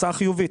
חיובית.